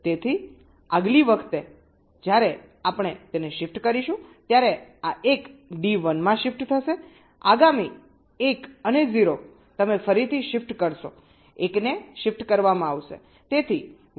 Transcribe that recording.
તેથી આગલી વખતે જ્યારે આપણે તેને શિફ્ટ કરીશું ત્યારે આ 1 D1 માં શિફ્ટ થશે આગામી 1 અને 0 તમે ફરીથી શિફ્ટ કરશો 1 ને શિફ્ટ કરવામાં આવશે